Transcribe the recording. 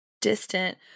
Distant